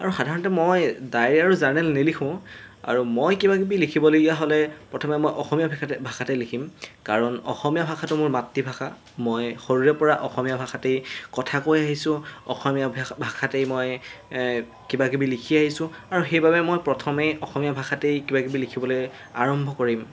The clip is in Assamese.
আৰু সাধাৰণতে মই ডায়েৰী আৰু জাৰ্নেল নিলিখোঁ আৰু মই কিবাকিবি লিখিবলগীয়া হ'লে প্ৰথমে মই অসমীয়া ভাষাতে ভাষাতেই লিখিম কাৰণ অসমীয়া ভাষাটো মোৰ মাতৃভাষা মই সৰুৰেপৰা অসমীয়া ভাষাতেই কথা কৈ আহিছোঁ অসমীয়া ভাষাতেই মই কিবাকিবি লিখি আহিছোঁ আৰু সেইবাবে মই প্ৰথমেই অসমীয়া ভাষাতেই কিবাকিবি লিখিবলৈ আৰম্ভ কৰিম